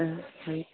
অঁ হয়